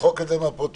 למחוק את זה מהפרוטוקול